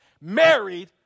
married